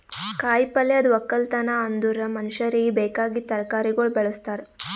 ಕಾಯಿ ಪಲ್ಯದ್ ಒಕ್ಕಲತನ ಅಂದುರ್ ಮನುಷ್ಯರಿಗಿ ಬೇಕಾಗಿದ್ ತರಕಾರಿಗೊಳ್ ಬೆಳುಸ್ತಾರ್